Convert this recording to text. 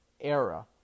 era